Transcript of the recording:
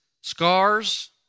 scars